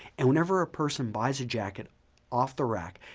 and whenever a person buys a jacket off-the-rack,